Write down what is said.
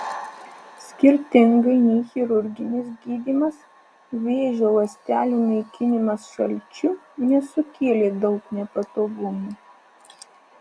skirtingai nei chirurginis gydymas vėžio ląstelių naikinimas šalčiu nesukėlė daug nepatogumų